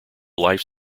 life